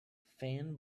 fan